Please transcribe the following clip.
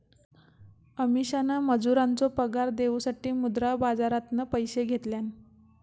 अमीषान मजुरांचो पगार देऊसाठी मुद्रा बाजारातना पैशे घेतल्यान